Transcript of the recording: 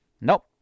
Nope